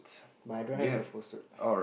but I don't have the full suit